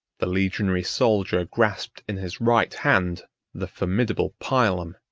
the legionary soldier grasped in his right hand the formidable pilum,